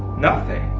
nothing.